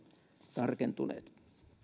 tarkentuneet